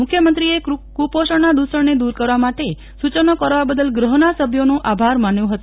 મુખ્યમંત્રીએ કુપોષણના દુષણને દુર કરવા માટે સૂચનો કરવા બદલ ગ્રહના સભ્યોનો આભાર માન્યો હતો